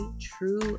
true